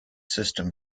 system